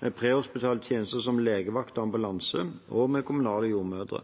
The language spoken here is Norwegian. med prehospitale tjenester som legevakt og ambulanse og kommunale jordmødre.